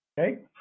Okay